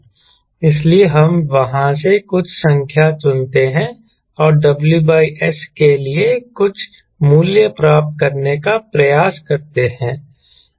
इसलिए हम वहां से कुछ संख्या चुनते हैं और WS के लिए कुछ मूल्य प्राप्त करने का प्रयास करते हैं